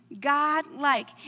God-like